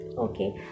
Okay